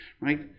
Right